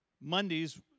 Mondays